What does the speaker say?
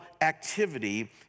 activity